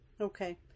okay